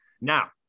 Now